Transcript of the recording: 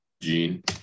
gene